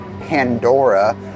Pandora